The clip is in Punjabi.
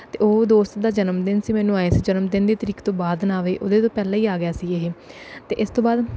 ਅਤੇ ਉਹ ਦੋਸਤ ਦਾ ਜਨਮਦਿਨ ਸੀ ਮੈਨੂੰ ਐਂ ਸੀ ਜਨਮਦਿਨ ਦੀ ਤਰੀਕ ਤੋਂ ਬਾਅਦ ਨਾ ਆਵੇ ਉਹਦੇ ਤੋਂ ਪਹਿਲਾਂ ਹੀ ਆ ਗਿਆ ਸੀ ਇਹ ਅਤੇ ਇਸ ਤੋਂ ਬਾਅਦ